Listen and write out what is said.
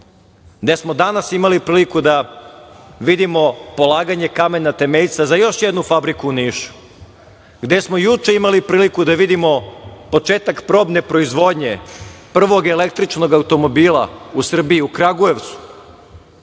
gde smo danas imali priliku da vidimo polaganje kamena temeljca za još jednu fabriku u Nišu, gde smo juče imali priliku da vidimo početak probne proizvodnje, prvog električnog automobila u Srbiji, u Kragujevcu. Onda